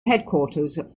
headquarters